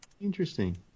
Interesting